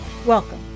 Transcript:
Welcome